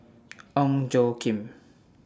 Ong Tjoe Kim